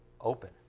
open